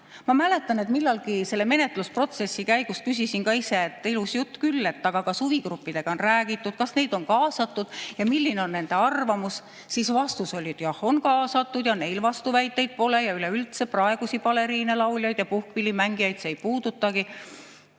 Ma mäletan, et millalgi selle menetlusprotsessi käigus küsisin ka ise, et ilus jutt küll, aga kas huvigruppidega on räägitud, kas neid on kaasatud ja milline on nende arvamus. Vastus oli: jah, on kaasatud ja neil vastuväiteid pole ja üleüldse praegusi baleriine, lauljad ja puhkpillimängijaid see ei puudutagi.